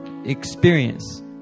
Experience